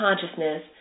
consciousness